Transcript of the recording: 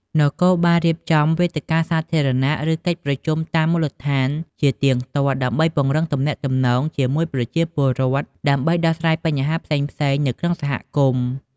នគរបាលរៀបចំ វេទិកាសាធារណៈ ឬកិច្ចប្រជុំតាមមូលដ្ឋានជាទៀងទាត់ ដើម្បីពង្រឹងទំនាក់ទំនងជាមួយប្រជាពលរដ្ឋ ដើម្បីដោះស្រាយបញ្ហាផ្សេងៗនៅក្នុងសហគមន៍។